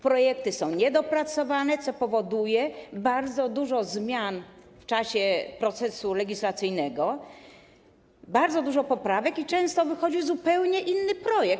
Projekty są niedopracowane, co powoduje bardzo dużo zmian w czasie procesu legislacyjnego, bardzo dużo poprawek i często wychodzi zupełnie inny projekt.